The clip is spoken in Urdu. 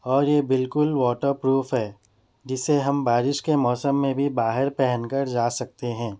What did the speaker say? اور یہ بالکل واٹر پروف ہے جسے ہم بارش کے موسم میں بھی باہر پہن کر جا سکتے ہیں